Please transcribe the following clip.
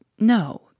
No